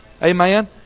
Amen